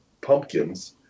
pumpkins